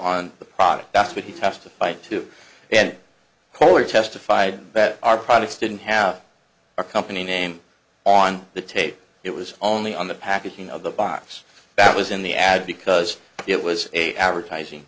on the product that's what he testified to and corey testified that our products didn't have a company name on the tape it was only on the packaging of the box that was in the ad because it was a advertising